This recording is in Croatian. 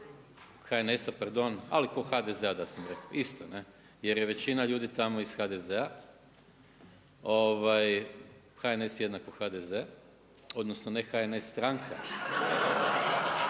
HNS-a pardon, ali kao HDZ-a da sam rekao, isto jer je većina ljudi tamo iz HDZ-a, HNS=HDZ, odnosno ne HNS stranka